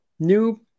new